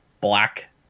Black